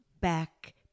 back